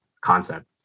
concept